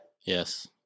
Yes